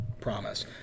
promise